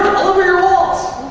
over your walls.